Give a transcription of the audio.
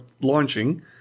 launching